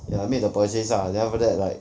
ya made the purchase lah then after that like